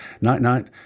Night-night